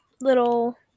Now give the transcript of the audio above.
little